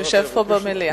יושב במליאה.